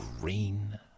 green